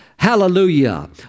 Hallelujah